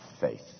faith